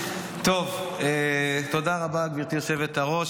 תודה רבה, גברתי היושבת-ראש.